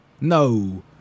No